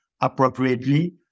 appropriately